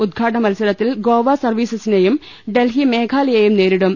ഉദ്ഘാ ടന മത്സരത്തിൽ ഗോവ സർവീസസിനെയും ഡൽഹി മേഘാലയെയും നേരിടും